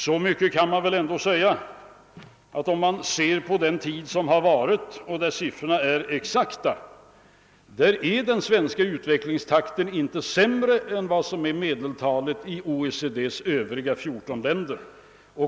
Så mycket kan man väl ändå säga, att om man ser på den tid som har varit, där siffrorna är exakta, är den svenska utvecklingstakten inte sämre än vad som är medeltalet i OECD:s övriga 14 länder.